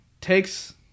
takes